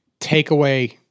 takeaway